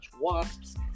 Wasps